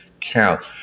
count